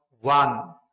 one